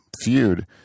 feud